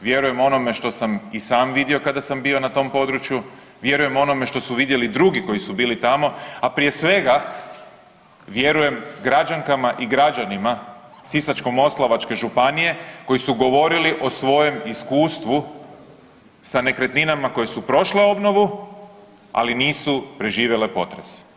vjerujem onome što sam i sam vidio kada sam bio na tom području, vjerujem onome što su vidjeli drugi koji su bili tamo, a prije svega vjerujem građankama i građanima Sisačko-moslavačke županije koji su govorili o svojem iskustvu sa nekretninama koje su prošle obnovu, ali nisu preživjele potres.